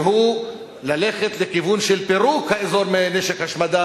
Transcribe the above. והוא ללכת לכיוון של פירוק האזור מנשק השמדה